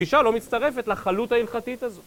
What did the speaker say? האישה לא מצטרפת לחלות ההלכתית הזו